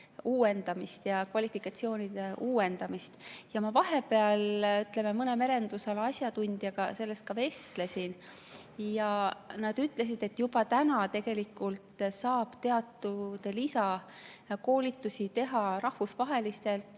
uuendamist ja kvalifikatsioonide uuendamist. Vahepeal ma mõne merendusala asjatundjaga sellest ka vestlesin ja nad ütlesid, et juba praegu saab tegelikult teatud lisakoolitusi teha rahvusvaheliselt